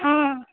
हँ